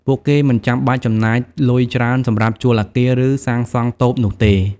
ពួកគេមិនចាំបាច់ចំណាយលុយច្រើនសម្រាប់ជួលអគារ ឬសាងសង់តូបនោះទេ។